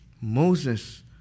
Moses